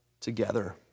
together